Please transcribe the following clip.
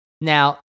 Now